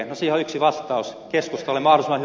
no siihen on yksi vastaus